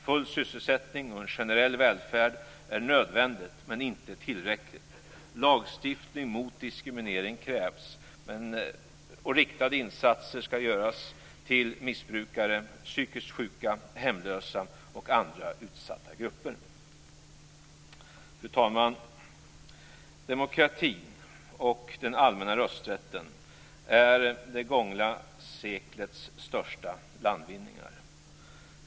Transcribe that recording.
Full sysselsättning och en generell välfärd är nödvändigt, men inte tillräckligt. Lagstiftning mot diskriminering krävs. Riktade insatser till missbrukare, psykiskt sjuka, hemlösa och andra utsatta grupper skall genomföras. Fru talman! Demokratin och den allmänna rösträtten är det gångna seklets största landvinningar.